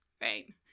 Right